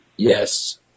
Yes